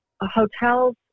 hotels